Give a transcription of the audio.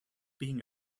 being